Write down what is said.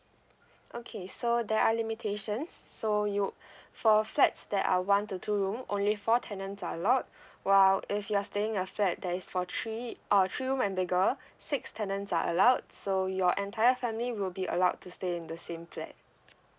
okay so there are limitations so you for flats that are one to two room only four tenants are allowed while if you're staying a flat that is for three or three room and bigger six tenants are allowed so your entire family will be allowed to stay in the same flat